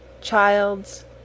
childs